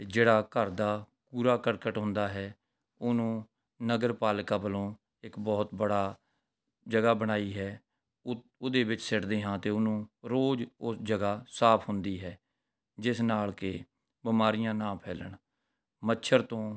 ਜਿਹੜਾ ਘਰ ਦਾ ਕੂੜਾ ਕਰਕਟ ਹੁੰਦਾ ਹੈ ਉਹਨੂੰ ਨਗਰ ਪਾਲਿਕਾ ਵੱਲੋਂ ਇੱਕ ਬਹੁਤ ਬੜਾ ਜਗ੍ਹਾ ਬਣਾਈ ਹੈ ਉ ਉਹਦੇ ਵਿੱਚ ਸਿੱਟਦੇ ਹਾਂ ਅਤੇ ਉਹਨੂੰ ਰੋਜ਼ ਉਸ ਜਗ੍ਹਾ ਸਾਫ ਹੁੰਦੀ ਹੈ ਜਿਸ ਨਾਲ ਕਿ ਬਿਮਾਰੀਆਂ ਨਾ ਫੈਲਣ ਮੱਛਰ ਤੋਂ